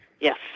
yes